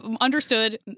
understood